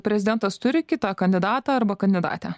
prezidentas turi kitą kandidatą arba kandidatę